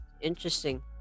interesting